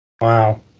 Wow